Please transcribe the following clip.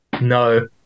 No